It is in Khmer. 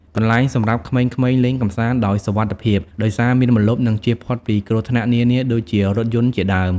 កន្លែងសម្រាប់ក្មេងៗលេងកម្សាន្ត ដោយសុវត្ថិភាព ដោយសារមានម្លប់ និងជៀសផុតពីគ្រោះថ្នាក់នានាដូចជា រថយន្តជាដើម ។